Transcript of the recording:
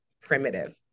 primitive